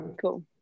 Cool